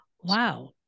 Wow